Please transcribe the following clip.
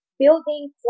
building